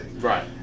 Right